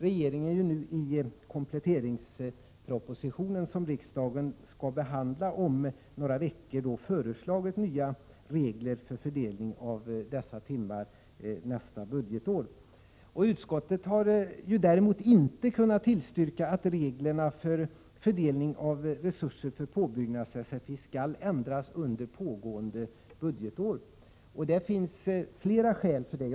Regeringen har i kompletteringspropositionen som riksdagen skall behandla om några veckor föreslagit nya regler för fördelning av dessa timmar nästa budgetår. Utskottet har däremot inte kunnat tillstyrka att reglerna för fördelningen av resurser för påbyggnads-sfi skall ändras under pågående budgetår. Det finns flera skäl till det.